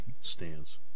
stands